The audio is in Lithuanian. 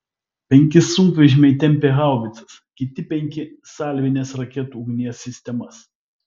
penki sunkvežimiai tempė haubicas kiti penki salvinės raketų ugnies sistemas